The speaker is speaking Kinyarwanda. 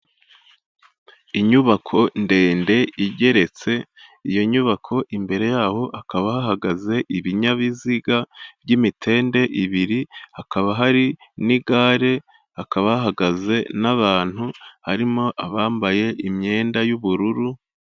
Inyubako ndende igeretse, iyo nyubako imbere yaho hakaba hahagaze ibinyabiziga by'imitende ibiri, hakaba hari n'igare hakaba hahagaze n'abantu harimo abambaye imyenda y'ubururu.